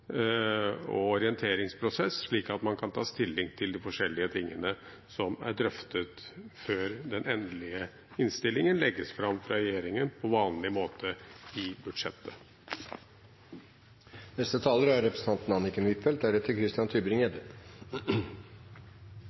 og orienteringsprosess slik at man kan ta stilling til de forskjellige tingene som er drøftet, før den endelige innstillingen legges fram fra regjeringen på vanlig måte i budsjettet.